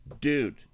dude